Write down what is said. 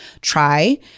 try